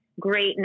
great